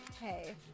Hey